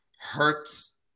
hurts